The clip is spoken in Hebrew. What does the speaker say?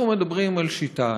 אנחנו מדברים על שיטה.